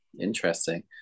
interesting